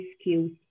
skills